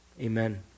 Amen